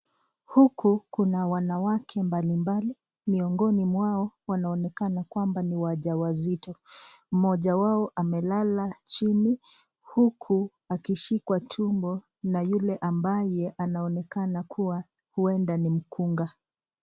Huku kuna wanawake mbalimbali miongoni mwao wanoonekana kwamba ni wajawazito moja wao amelala chini huku akimshika tumbo na yule ambaye anaonekana kuwa huenda ni mkunga.